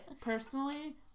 personally